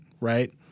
right